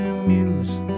amuse